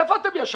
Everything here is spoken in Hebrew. איפה ישנתם?